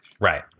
Right